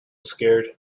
scared